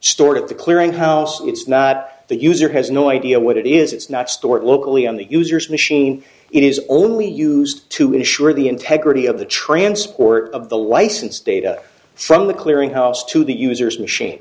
stored at the clearinghouse it's not the user has no idea what it is it's not stored locally on the user's machine it is only used to ensure the integrity of the transport of the license data from the clearinghouse to the user's machine